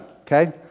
okay